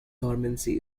dormancy